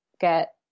get